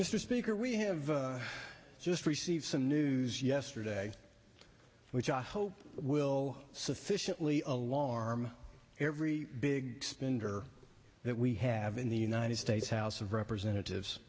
is speaker we have just received some news yesterday which i hope will sufficiently a long arm every big spender that we have in the united states house of representatives